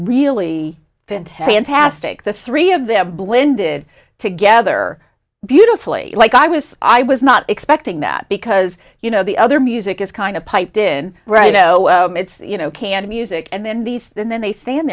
really fantastic the three of them blended together beautifully like i was i was not expecting that because you know the other music is kind of piped in right it's you know can music and then these and then they stand